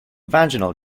vaginal